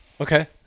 Okay